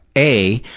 a,